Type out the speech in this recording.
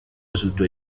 resultó